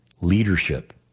Leadership